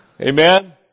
amen